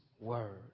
word